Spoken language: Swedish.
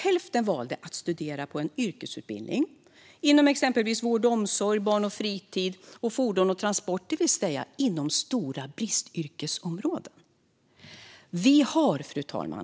Hälften valde att studera på en yrkesutbildning inom exempelvis vård och omsorg, barn och fritid och fordon och transport, det vill säga inom stora bristyrkesområden. Fru talman!